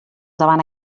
davant